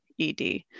ED